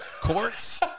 courts